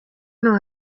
naho